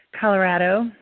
colorado